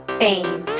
fame